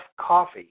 coffee